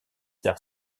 terre